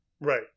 Right